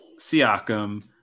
Siakam